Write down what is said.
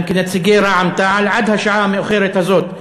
כנציגי רע"ם-תע"ל עד השעה המאוחרת הזאת.